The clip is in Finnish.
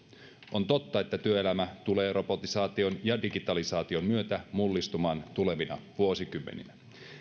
on totta että työelämä tulee robotisaation ja digitalisaation myötä mullistumaan tulevina vuosikymmeninä